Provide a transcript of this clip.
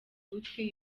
ugutwi